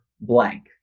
blank